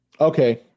okay